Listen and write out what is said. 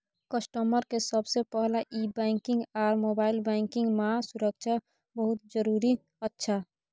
customer के सबसे पहला ई बैंकिंग आर मोबाइल बैंकिंग मां सुरक्षा बहुत जरूरी अच्छा